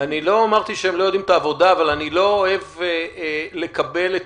אני לא אמרתי שהם לא יודעים את העבודה אבל אני לא אוהב לקבל את